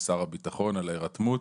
ולשר הביטחון על ההירתמות.